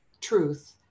truth